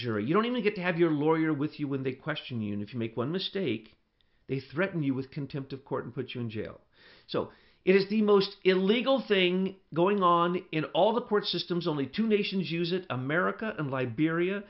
jury you don't even get to have your lawyer with you when they question unit you make one mistake they threaten you with contempt of court and put you in jail so it is the most illegal thing going on in all the court systems only two nations use it america in liberia